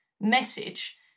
message